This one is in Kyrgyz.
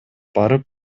барып